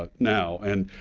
ah now. and